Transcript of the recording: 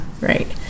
right